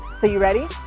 so you ready?